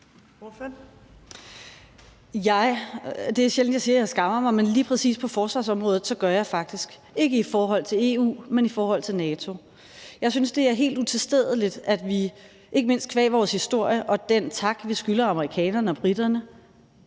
jeg skammer mig, men lige præcis på forsvarsområdet gør jeg faktisk – ikke i forhold til EU, men i forhold til NATO. Jeg synes, det er helt utilstedeligt, at vi – ikke mindst qua vores historie og den tak, vi skylder amerikanerne og briterne